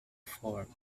formed